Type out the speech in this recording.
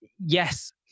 yes